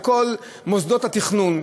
לכל מוסדות התכנון,